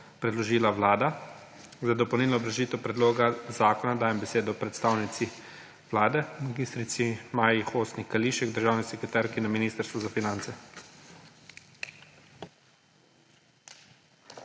predložila Vlada. Za dopolnilno obrazložitev predloga zakona dajem besedo predstavnici Vlade mag. Maji Hostnik Kališek, državni sekretarki Ministrstva za finance.